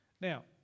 Now